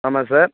ஆமாம் சார்